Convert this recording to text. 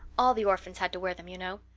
all the orphans had to wear them, you know.